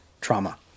trauma